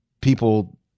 people